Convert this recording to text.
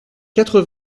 quatre